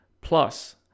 plus